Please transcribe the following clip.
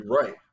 right